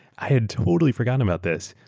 i had totally forgotten about this,